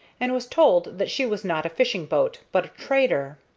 and was told that she was not a fishing-boat, but a trader.